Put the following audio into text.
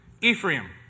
Ephraim